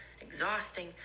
exhausting